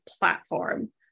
platform